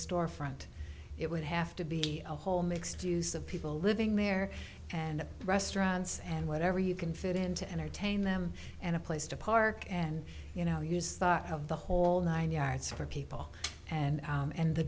store front it would have to be a whole mixed use of people living there and restaurants and whatever you can fit in to entertain them and a place to park and you know use thought of the whole nine yards for people and and the